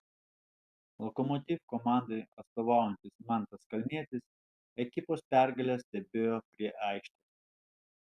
lokomotiv komandai atstovaujantis mantas kalnietis ekipos pergalę stebėjo prie aikštės